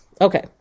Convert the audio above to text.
Okay